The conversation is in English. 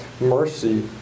mercy